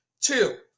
Two